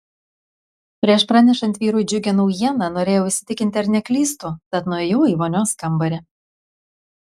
prieš pranešant vyrui džiugią naujieną norėjau įsitikinti ar neklystu tad nuėjau į vonios kambarį